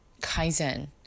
Kaizen